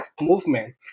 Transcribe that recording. movement